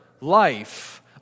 life